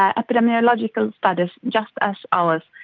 ah epidemiological studies just as ours.